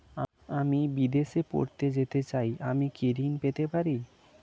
আমি বিদেশে পড়তে যেতে চাই আমি কি ঋণ পেতে পারি?